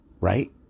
right